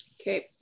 Okay